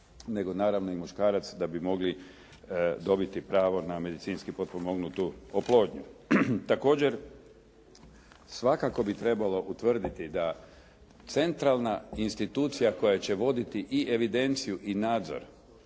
nego naravno i muškarac da bi mogli dobiti pravo na medicinski potpomognutu oplodnju. Također, svakako bi trebalo utvrditi da centralna institucija koja će voditi i evidenciju i nadzor